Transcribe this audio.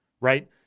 right